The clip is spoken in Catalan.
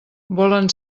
volen